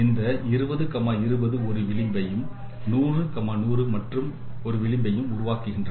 இந்த 20 20 ஒரு விளிம்பை இம் 100 100 மற்றும் விளிம்பை இம் உருவாக்குகின்றன